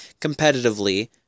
competitively